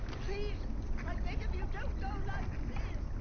please i beg of you don't go like this?